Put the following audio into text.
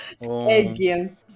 Again